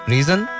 Reason